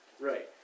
right